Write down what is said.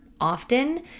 often